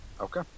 Okay